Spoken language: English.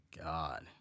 God